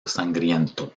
sangriento